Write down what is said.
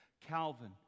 calvin